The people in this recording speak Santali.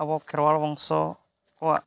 ᱟᱵᱚ ᱠᱷᱮᱨᱣᱟᱞ ᱵᱚᱝᱥᱚ ᱠᱚᱣᱟᱜ